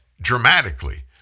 dramatically